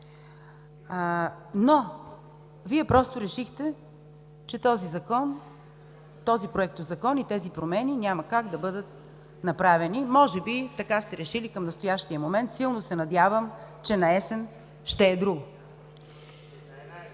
Вие просто решихте, че този Закон, този Проектозакон и тези промени няма как да бъдат направени. Може би така сте решили към настоящия момент. Силно се надявам, че наесен ще е друго.